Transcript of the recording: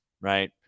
right